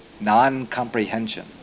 non-comprehension